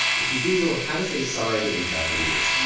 if you google how to say sorry in japanese.